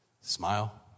smile